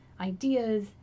ideas